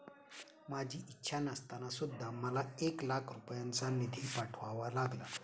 माझी इच्छा नसताना सुद्धा मला एक लाख रुपयांचा निधी पाठवावा लागला